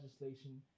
legislation